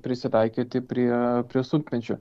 prisitaikyti prie prie sunkmečio